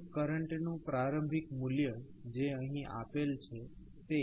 હવે કરંટ નું પ્રારંભિક મૂલ્ય જે અહી આપેલ છે તે